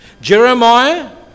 jeremiah